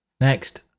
Next